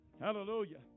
hallelujah